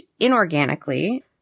inorganically